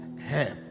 help